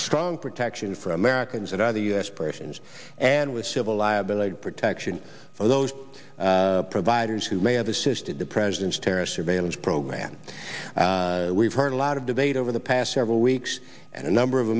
strong protection for americans and other u s persons and with civil liability protection for those providers who may have assisted the president's terrorist surveillance program we've heard a lot of debate over the past several weeks and a number of